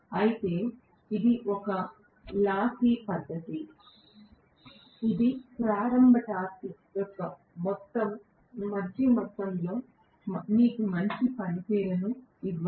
అయితే ఇది ఒక లాస్సీ పద్ధతి ఇది ప్రారంభ టార్క్ యొక్క మంచి మొత్తంలో మీకు మంచి పనితీరును ఇవ్వదు